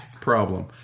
Problem